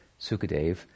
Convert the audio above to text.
Sukadev